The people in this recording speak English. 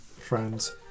Friends